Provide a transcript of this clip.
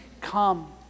come